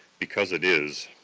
because it is,